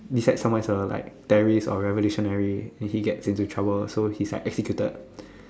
beside someone is a like terrorist or revolutionary then he gets into trouble so his like executed